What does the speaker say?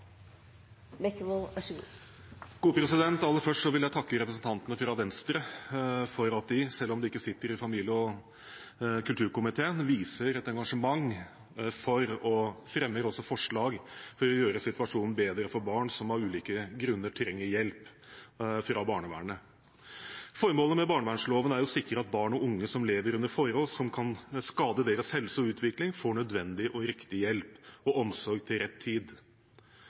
Aller først vil jeg takke representantene fra Venstre for at de, selv om de ikke sitter i familie- og kulturkomiteen, viser engasjement og fremmer forslag for å gjøre situasjonen bedre for barn som av ulike grunner trenger hjelp fra barnevernet. Formålet med barnevernloven er å sikre at barn og unge som lever under forhold som kan skade deres helse og utvikling, får nødvendig og riktig hjelp og omsorg til rett tid.